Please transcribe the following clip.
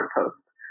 post